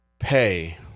pay